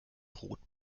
rot